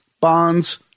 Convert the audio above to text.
bonds